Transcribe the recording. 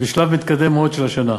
בשלב מתקדם מאוד של השנה.